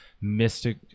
mystic